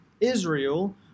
Israel